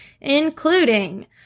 including